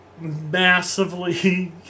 massively